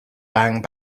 bang